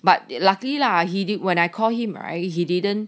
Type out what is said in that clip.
but luckily lah he did when I call him right he didn't